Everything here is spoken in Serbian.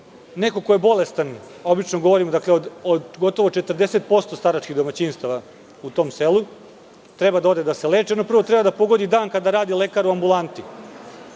neko ko je bolestan, obično govorim o 40% staračkih domaćinstava u tom selu, treba da ode da se leči, prvo treba da pogodi dan kada radi lekar u ambulanti,